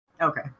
Okay